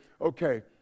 okay